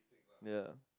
ya